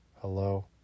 Hello